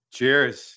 Cheers